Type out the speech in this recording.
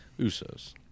Usos